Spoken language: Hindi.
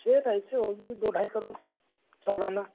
खेप अईसे होगी दो ढाई करोड़ सालाना